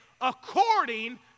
according